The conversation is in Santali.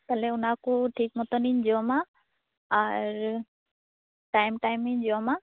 ᱛᱟᱦᱚᱞᱮ ᱚᱱᱟᱠᱚ ᱴᱷᱤᱠ ᱢᱚᱛᱚᱱᱤᱧ ᱡᱚᱢᱟ ᱟᱨ ᱴᱟᱹᱭᱤᱢ ᱴᱟᱹᱭᱤᱢᱤᱧ ᱡᱚᱢᱟ